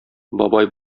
бабай